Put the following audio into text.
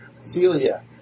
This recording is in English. Celia